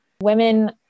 women